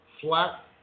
flat